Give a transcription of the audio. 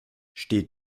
steht